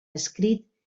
escrit